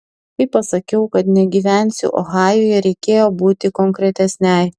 kai pasakiau kad negyvensiu ohajuje reikėjo būti konkretesnei